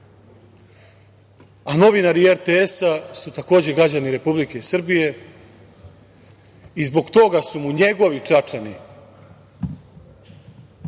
a novinari RTS su takođe građani Republike Srbije i zbog toga su mu njegovi Čačani